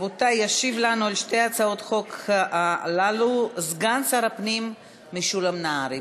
ישיב לנו על שתי הצעות החוק הללו סגן שר הפנים משולם נהרי,